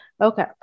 Okay